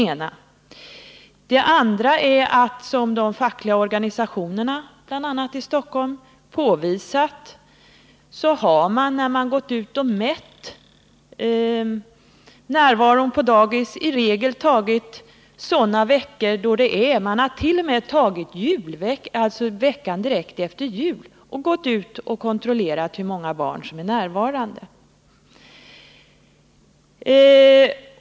För det andra har man, som de fackliga organisationerna bl.a. i Stockholm påvisat, vid mätningar på dagis som regel tagit speciella veckor, ja man har t.o.m. tagit veckan direkt efter jul. Man har under dessa veckor kontrollerat hur många barn som är närvarande.